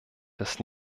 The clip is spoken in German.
das